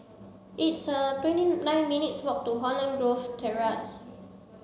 it's a twenty nine minutes' walk to Holland Grove Terrace